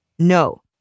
No